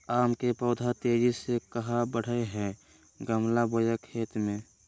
आम के पौधा तेजी से कहा बढ़य हैय गमला बोया खेत मे?